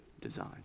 design